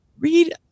Read